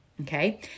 Okay